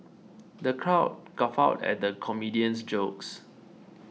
the crowd guffawed at the comedian's jokes